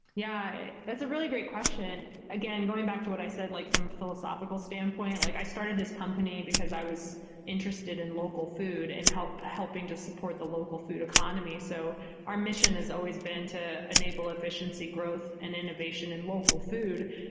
yeah. that's a really great question. again, going back to what i said like from philosophical standpoint, like i started this company because i was interested in local food and helping to support the local food economy. so our mission is always been to enable effi ciency growth and innovation in local food.